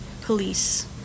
police